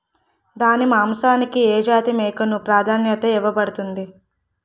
దాని మాంసానికి ఏ జాతి మేకకు ప్రాధాన్యత ఇవ్వబడుతుంది?